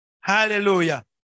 Hallelujah